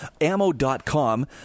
Ammo.com